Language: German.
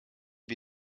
wir